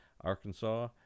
Arkansas